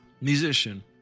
musician